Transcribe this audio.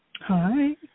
Hi